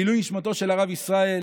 לעילוי נשמתו של הרב ישראל,